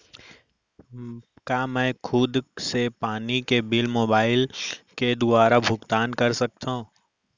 का मैं खुद से पानी के बिल मोबाईल के दुवारा भुगतान कर सकथव?